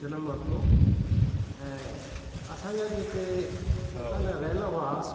जनम वरितो ऐं असांजा जेके हुतां जा रहियलु हुआ